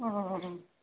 ꯎꯝ ꯎꯝ ꯎꯝ